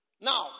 Now